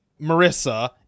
Marissa